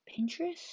Pinterest